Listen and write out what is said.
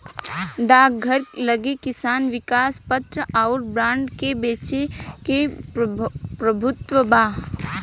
डाकघर लगे किसान विकास पत्र अउर बांड के बेचे के प्रभुत्व बा